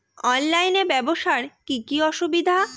অনলাইনে ব্যবসার কি কি অসুবিধা?